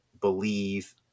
believe